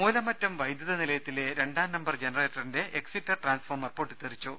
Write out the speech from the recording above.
മൂലമറ്റം വൈദ്യുത നിലയത്തിലെ രണ്ടാം നമ്പർ ജനറേറ്ററിന്റെ എക്സിറ്റർ ട്രാൻസ്ഫോർമർ പൊട്ടിത്തെറിച്ചു